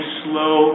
slow